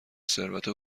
ثروت